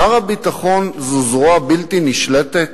שר הביטחון זו זרוע בלתי נשלטת?